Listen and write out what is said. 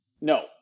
no